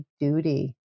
duty